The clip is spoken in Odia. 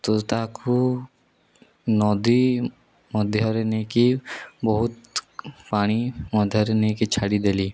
ତ ତାକୁ ନଦୀ ମଧ୍ୟରେ ନେଇକି ବହୁତ ପାଣି ମଧ୍ୟରେ ନେଇକି ଛାଡ଼ିଦେଲି